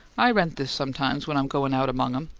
i rent this sometimes when i'm goin' out among em.